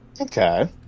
Okay